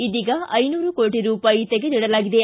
ಇದೀಗ ಐದು ನೂರು ಕೋಟ ರೂಪಾಯಿ ತೆಗೆದಿಡಲಾಗಿದೆ